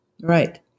Right